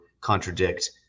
contradict